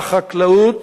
לחקלאות,